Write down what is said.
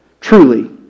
Truly